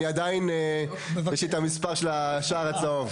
אני עדיין יש לי את המספר של השער הצהוב.